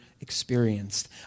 experienced